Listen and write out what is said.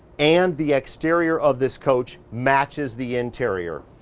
and the exterior of this coach matches the interior.